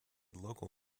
local